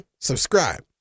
subscribe